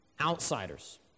outsiders